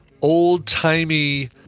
old-timey